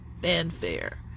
fanfare